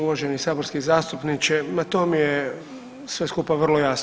Uvaženi saborski zastupniče ma to mi je sve skupa vrlo jasno.